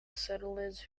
settlers